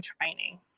training